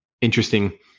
interesting